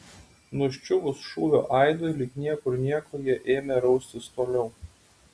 nuščiuvus šūvio aidui lyg niekur nieko jie ėmė raustis toliau